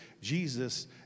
Jesus